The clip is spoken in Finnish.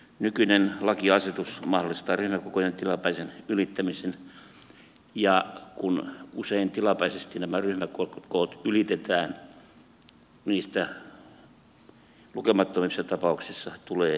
nykyinen laki ja asetus mahdollistaa ryhmäkokojen tilapäisen ylittämisen ja kun usein tilapäisesti nämä ryhmäkoot ylitetään niistä lukemattomissa tapauksissa tulee pysyviä